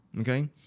Okay